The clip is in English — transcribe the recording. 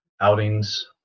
outings